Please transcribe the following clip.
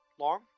long